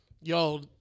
yo